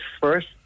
first